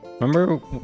Remember